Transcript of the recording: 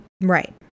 Right